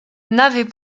n’avait